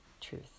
truth